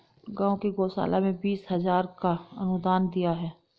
गांव की गौशाला में बीस हजार का अनुदान दिया